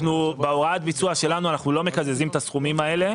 בהוראת הביצוע, אנחנו לא מקזזים את הסכומים האלה.